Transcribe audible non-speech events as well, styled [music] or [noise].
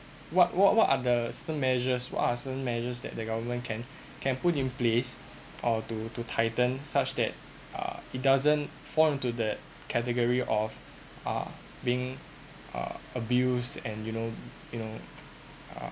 what what what are the system measures what are system measures that the government can [breath] can put in place or to to tighten such that uh it doesn't fall into that category of uh being err abused and you know you know uh